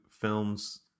films